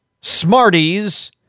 smarties